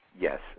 Yes